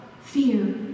fear